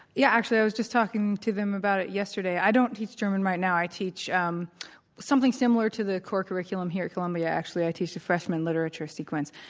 yeah, actually i was just talking to them about it yesterday. i don't teach german right now. i teach um something similar to the core curriculum here at columbia actually. i teach a freshman literature sequence.